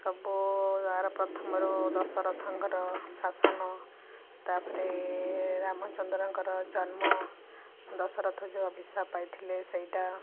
ସବୁ ପ୍ରଥମରୁ ଦଶରଥଙ୍କର ଶାସନ ତା'ପରେ ରାମଚନ୍ଦ୍ରଙ୍କର ଜନ୍ମ ଦଶରଥ ଯେଉଁ ଅଭିଶାପ ପାଇଥିଲେ ସେଇଟା